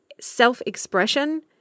self-expression